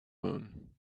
moon